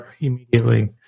immediately